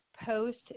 post